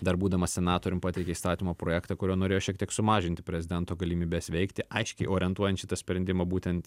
dar būdamas senatorium pateikė įstatymo projektą kuriuo norėjo šiek tiek sumažinti prezidento galimybes veikti aiškiai orientuojant šitą sprendimą būtent